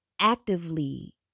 actively